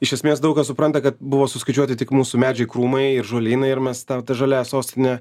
iš esmės daug kas supranta kad buvo suskaičiuoti tik mūsų medžiai krūmai ir žolynai ir mes tą ta žalia sostine